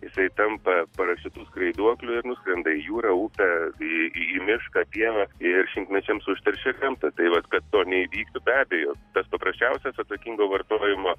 jisai tampa parazitu skraiduokliu ir nuskrenda į jūrą upę į į mišką pievą ir šimtmečiams užteršia gamtą tai vat kad to neįvyktų be abejo tas paprasčiausias atsakingo vartojimo